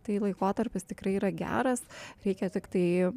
tai laikotarpis tikrai yra geras reikia tiktai